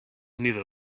neither